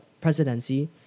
presidency